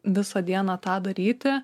visą dieną tą daryti